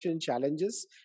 challenges